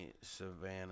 Savannah